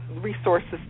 resources